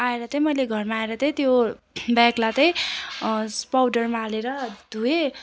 आएर तै मैले घरमा आएर तै त्यो ब्यागलाई तै पाउडरमा हालेर धोएँ